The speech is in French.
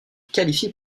qualifie